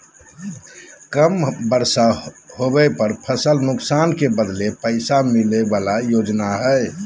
कम बर्षा होबे पर फसल नुकसान के बदले पैसा मिले बला योजना हइ